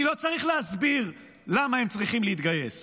אני לא צריך להסביר למה הם צריכים להתגייס,